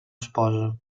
esposa